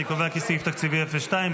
אני קובע סעיף תקציבי 02,